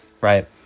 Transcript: right